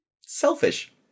selfish